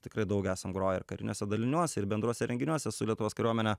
tikrai daug esam groję ir kariniuose daliniuose ir bendruose renginiuose su lietuvos kariuomene